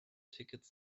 tickets